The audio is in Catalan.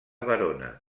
verona